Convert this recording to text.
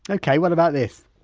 whiteokay, what about this?